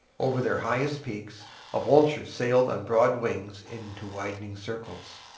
over their highest peaks a vulture sailed on broad wings into widening circles.